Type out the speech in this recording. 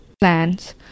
plans